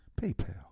PayPal